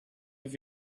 with